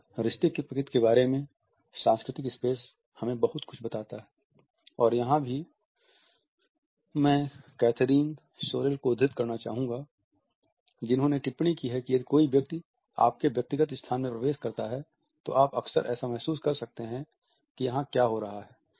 एक रिश्ते की प्रकृति के बारे में सांस्कृतिक स्पेस हमें बहुत कुछ बताता है और यहां मैं कैथरीन सोरेल को उद्धृत करना चाहूंगा जिन्होंने टिप्पणी की है कि यदि कोई व्यक्ति आपके व्यक्तिगत स्थान में प्रवेश करता है तो आप अक्सर ऐसा महसूस कर सकते हैं कि यहाँ क्या हो रहा है